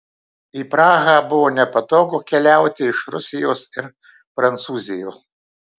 į prahą buvo nepatogu keliauti iš rusijos ir prancūzijos